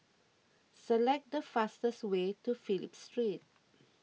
select the fastest way to Phillip Street